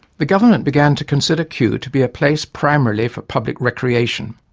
the government began to consider kew to be a place primarily for public recreation,